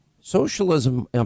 Socialism